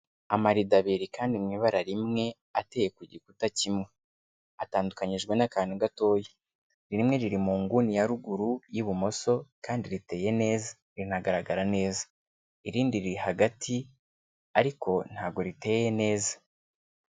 Amarido abiri kandi mu ibara rimwe ateye ku gikuta kimwe, atandukanyijwe n'akantu gatoya, rimwe riri mu nguni ya ruguru y'ibumoso, kandi riteye neza, rinagaragara neza, irindi riri hagati ariko ntabwo riteye neza.